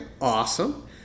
Awesome